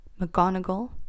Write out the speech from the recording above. McGonagall